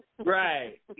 Right